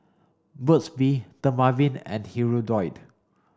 Burt's bee Dermaveen and Hirudoid